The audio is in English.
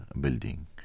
building